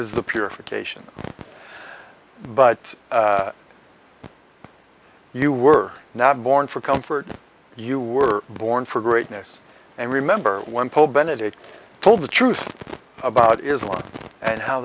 is the purification but you were not born for comfort you were born for greatness and remember one pope benedict told the truth about islam and how